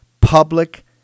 Public